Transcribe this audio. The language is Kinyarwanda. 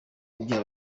ibyaha